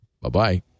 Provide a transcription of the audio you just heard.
Bye-bye